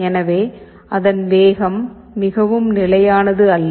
எனவே அதன் வேகம் மிகவும் நிலையானது அல்ல